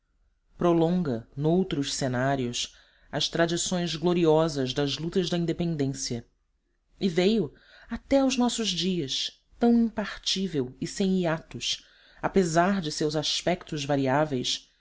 ampla prolonga noutros cenários as tradições gloriosas das lutas da independência e veio até aos nossos dias tão impartível e sem hiatos apesar de seus aspetos variáveis